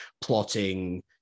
plotting